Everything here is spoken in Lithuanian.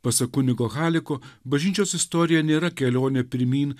pasak kunigo haliko bažnyčios istorija nėra kelionė pirmyn